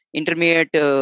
intermediate